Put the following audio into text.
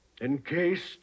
Encased